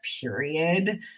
period